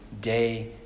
day